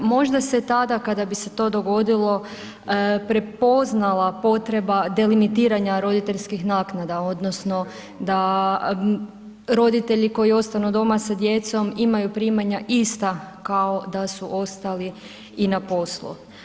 Možda se tada kada bi se to dogodilo prepoznala potreba delimitiranja roditeljskih naknada odnosno da roditelji koji ostanu doma sa djecom imaju primanja ista kao da su ostali i na poslu.